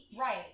right